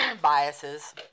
biases